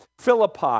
Philippi